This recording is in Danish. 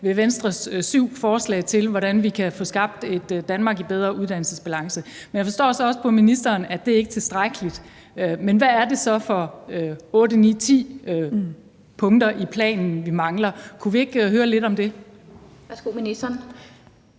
ved Venstres syv forslag til, hvordan vi kan få skabt et Danmark i bedre uddannelsesbalance. Men jeg forstår så også på ministeren, at det ikke er tilstrækkeligt, men hvad er det så for punkt 8, 9 og 10, vi mangler i planen? Kunne vi ikke høre lidt om det? Kl. 16:21 Den